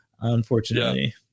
unfortunately